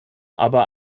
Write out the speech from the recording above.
aber